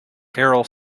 carol